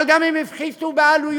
אבל הם גם הפחיתו בעלויות